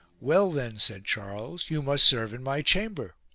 well then, said charles, you must serve in my chamber.